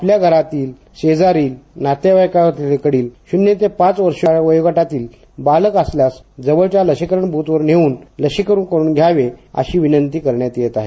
आल्या घरातील शेजारील नातेवाईकाकडील शुन्य ते पाच वर्षे वयोगटातील बालक असल्यास जवळच्या लसिकरण बुथवर नेहन लसिकरण करुन घ्यावे अशी विनंती करण्यात येत आहे